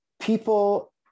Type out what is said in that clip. People